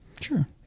Sure